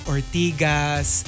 Ortigas